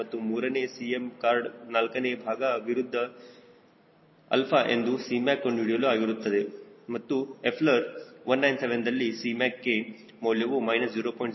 ಮತ್ತು ಮೂರನೇ Cm ಕಾರ್ಡ್ನಾಲ್ಕನೇ ಭಾಗ ವಿರುದ್ಧ 𝛼ಎಂದು Cmac ಕಂಡುಹಿಡಿಯಲು ಆಗಿರುತ್ತದೆ ಮತ್ತು ಎಫ್ಲರ್ 197ದಲ್ಲಿ Cmacಕ್ಕೆ ಮೌಲ್ಯವು 0